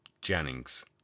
Jennings